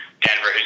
Denver